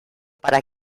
para